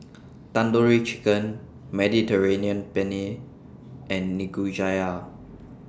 Tandoori Chicken Mediterranean Penne and Nikujaga